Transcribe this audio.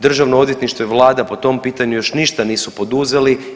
Državno odvjetništvo i Vlada po tom pitanju još ništa nisu poduzeli.